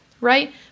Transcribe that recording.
right